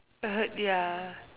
hurt ya